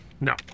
No